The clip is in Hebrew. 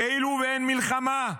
כאילו שאין מלחמה.